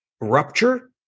rupture